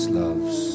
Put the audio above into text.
loves